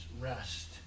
Rest